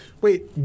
Wait